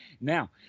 Now